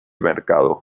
mercado